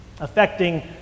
affecting